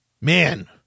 man